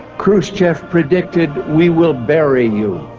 khrushchev predicted we will bury you,